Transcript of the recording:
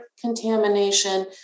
contamination